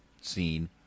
scene